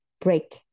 break